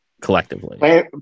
collectively